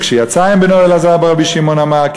וכשיצא עם בנו אלעזר ברבי שמעון אמר: